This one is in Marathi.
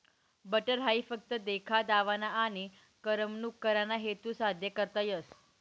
बटर हाई फक्त देखा दावाना आनी करमणूक कराना हेतू साद्य करता येस